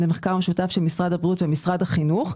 זה מחקר משותף של משרד הבריאות ומשרד החינוך.